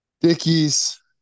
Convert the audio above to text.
Dickies